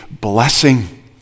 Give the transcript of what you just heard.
blessing